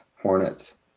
Hornets